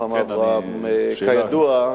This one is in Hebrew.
רוחמה אברהם: כידוע,